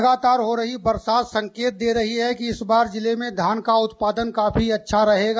लगातार हो रही बरसात संकेत दे रही है कि इस बार जिले में धान का उत्पादन काफी अच्छा रहेगा